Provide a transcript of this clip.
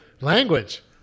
Language